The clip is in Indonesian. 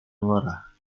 marah